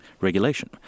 regulation